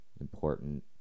important